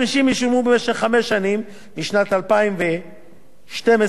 משנת 2012 ועד שנת 2016,